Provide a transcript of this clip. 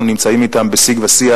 אנחנו נמצאים אתם בשיג ושיח,